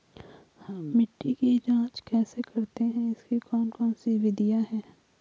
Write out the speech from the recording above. हम मिट्टी की जांच कैसे करते हैं इसकी कौन कौन सी विधियाँ है?